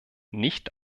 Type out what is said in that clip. nicht